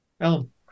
Alan